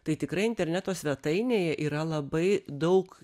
tai tikrai interneto svetainėje yra labai daug